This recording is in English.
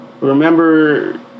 Remember